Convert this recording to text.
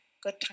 Good